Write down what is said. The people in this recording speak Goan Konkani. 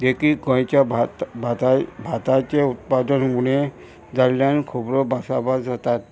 जेकी गोंयच्या भात भाताय भाताचें उत्पादन उणें जाल्ल्यान खबरो भासभास जातात